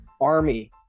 Army